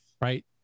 right